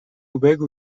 بگو